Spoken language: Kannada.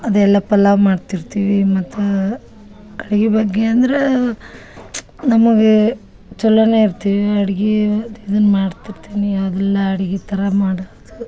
ಅದೆಲ್ಲ ಪಲಾವು ಮಾಡ್ತಿರ್ತೀವಿ ಮತ್ತು ಅಡ್ಗಿ ಬಗ್ಗೆ ಅಂದ್ರ ನಮಗೆ ಚಲೋನೆ ಇರ್ತೀವಿ ಅಡ್ಗಿ ಇದನ್ನ ಮಾಡ್ತಿರ್ತೀನಿ ಎಲ್ಲ ಅಡಿಗಿ ಥರ ಮಾಡುದು